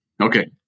Okay